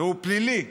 והוא פלילי,